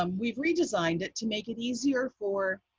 um we've redesigned it to make it easier for